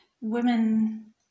women